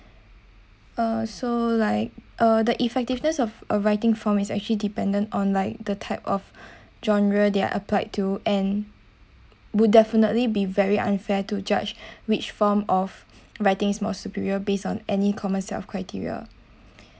uh so like uh the effectiveness of a writing form is actually dependent on like the type of genre they're applied to and would definitely be very unfair to judge which form of writing is more superior based on any common set of criteria